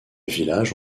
village